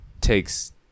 takes